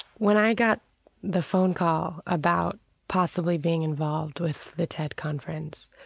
when i got the phone call about possibly being involved with the ted conference,